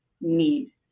need